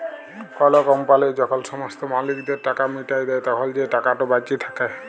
call company যখল সমস্ত মালিকদের টাকা মিটাঁয় দেই, তখল যে টাকাট বাঁচে থ্যাকে